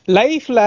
life